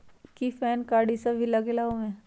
कि PAN card इ सब भी लगेगा वो में?